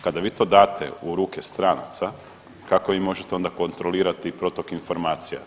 Kada vi to date u ruke stranaca, kako vi možete onda kontrolirati protok informacija?